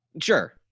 Sure